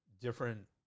different